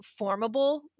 formable